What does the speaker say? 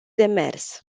demers